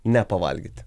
ne pavalgyti